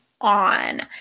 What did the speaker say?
on